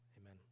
amen